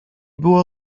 było